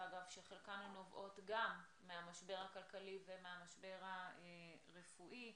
שחלקן נובעות גם מהמשבר הכלכלי ומהמשבר הרפואי.